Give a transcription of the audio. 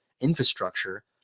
infrastructure